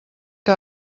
que